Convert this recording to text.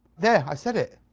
there, i said it.